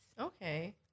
Okay